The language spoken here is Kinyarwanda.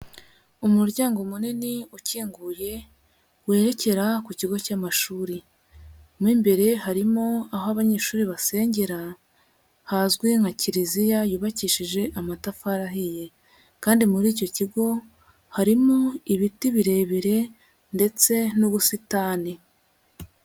Umuryango munini ukinguye werekera ku kigo cy'amashuri, mo imbere harimo aho abanyeshuri basengera hazwi nka Kiliziya yubakishije amatafari ahiye kandi muri icyo kigo harimo ibiti birebire ndetse n'ubusitani.